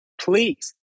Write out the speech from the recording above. please